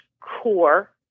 core